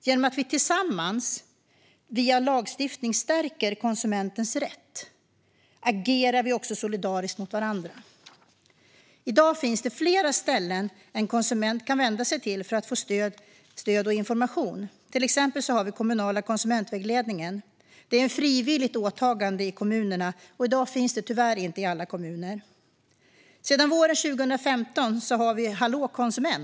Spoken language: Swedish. Genom att vi tillsammans via lagstiftning stärker konsumentens rätt agerar vi också solidariskt mot varandra. I dag finns det flera ställen en konsument kan vända sig till för att få stöd och information. Vi har till exempel den kommunala konsumentvägledningen. Det är ett frivilligt åtagande i kommunerna, och i dag finns den tyvärr inte i alla kommuner. Sedan våren 2015 har vi Hallå konsument.